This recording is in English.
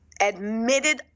admitted